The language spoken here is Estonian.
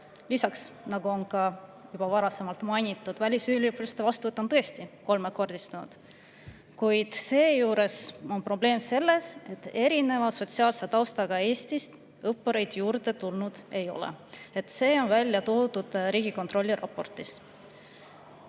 Lisaks, nagu on juba enne mainitud, välisüliõpilaste vastuvõtt on tõesti kolmekordistunud. Seejuures on probleem selles, et erineva sotsiaalse taustaga Eestist õppureid juurde tulnud ei ole. See on välja toodud Riigikontrolli raportis.